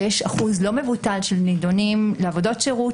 שיש אחוז לא מבוטל של נידונים לעבודות שירות,